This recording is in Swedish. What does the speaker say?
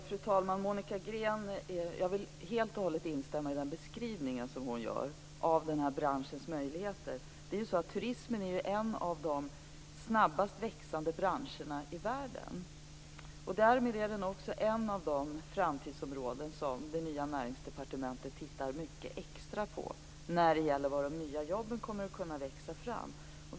Fru talman! Jag vill helt och hållet instämma i den beskrivning som Monica Green gör av turistbranschens möjligheter. Turismen är ju en av de snabbast växande branscherna i världen. Därmed är den också en av de framtidsområden som det nya Näringsdepartementet tittar mycket extra på när det gäller var de nya jobben kommer att kunna växa fram.